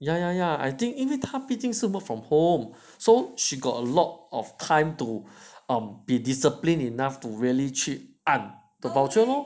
ya ya ya I think 因为它毕竟 work from home so she got a lot of time to um be disciplined enough to really 去按 the voucher lor